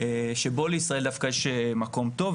שבו לישראל דווקא יש מקום טוב,